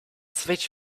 switch